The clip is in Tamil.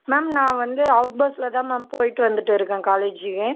மேம் நான் வந்து அவுட் பஸ்ஸில் தான் மேம் போயிட்டு வந்துவிட்டு இருக்கேன் காலேஜிக்கு